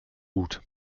gut